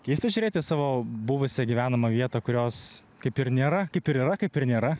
keista žiūrėt į savo buvusią gyvenamą vietą kurios kaip ir nėra kaip ir yra kaip ir nėra